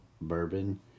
Bourbon